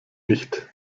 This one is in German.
nicht